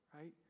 Right